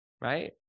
right